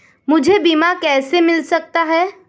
मुझे बीमा कैसे मिल सकता है?